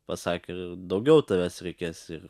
pasakė daugiau tavęs reikės ir